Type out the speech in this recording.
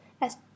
as